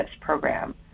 program